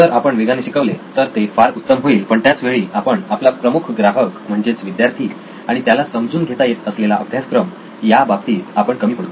जर आपण वेगाने शिकवले तर ते फार उत्तम होईल पण त्याच वेळी आपण आपला प्रमुख ग्राहक म्हणजेच विद्यार्थी आणि त्याला समजून घेता येत असलेला अभ्यासक्रम या बाबतीत आपण कमी पडू